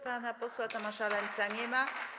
Pana posła Tomasza Lenza nie ma.